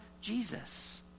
Jesus